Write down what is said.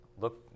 Look